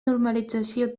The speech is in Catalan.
normalització